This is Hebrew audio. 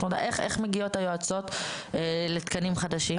איך מגיעות היועצות לתקנים חדשים?